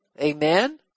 Amen